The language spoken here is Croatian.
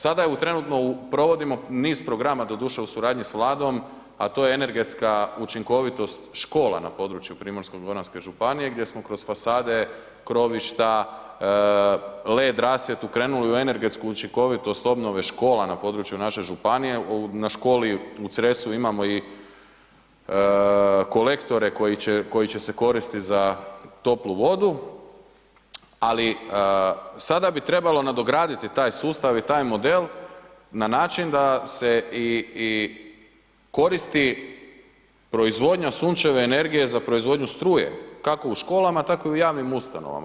Sada trenutno provodi niz programa doduše u suradnji s Vladom a to je energetska učinkovitost škola na području Primorsko-goranske županije gdje smo kroz fasade, krovišta, LED rasvjetu krenuli u energetsku učinkovitost obnove škola na području naše županije, na školi u Cresu imamo i kolektore koji će se koristiti toplu vodu ali sada bi trebalo nadograditi taj sustav i taj model na način da se i koristi proizvodnja Sunčeve energije za proizvodnju struje, kako u školama, tako u javnim ustanovama.